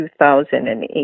2008